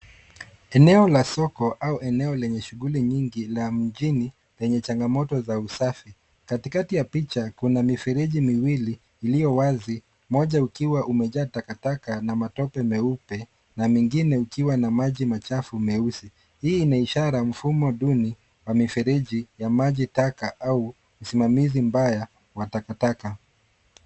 Eneo la soko au eneo lenye shughuli nyingi la mjini zenye changamoto za usafi. Katikati ya picha kuna mifereji miwili iliyowazi moja ukiwa umejaa takataka na matope meupe na mingine ukiwa na maji machafu meusi. Hii ina ishara mfumo duni wa mifereji ya majitaka au usimamizi mbaya wa takataka.